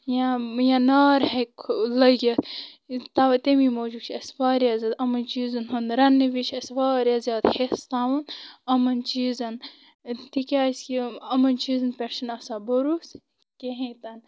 یا یا نار ہیٚکہِ لٕگِتھ توے تٔمِی موٗجوٗب چھُ اسہِ واریاہ زیادٕ یِمن چیٖزن ہُنٛد رنٕٛنہٕ وِز چھُ اسہِ واریاہ زیادٕ ہیس تھاوُن یِمن چیٖزن تِکیازِ کہِ یِمن چیٖزن پیٹھ چھُ نہٕ آسان بروسہٕ کہیٖنۍ تہِ نہٕ